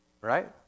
right